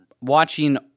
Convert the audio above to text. watching